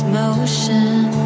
motion